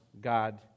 God